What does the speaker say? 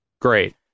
Great